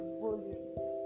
volumes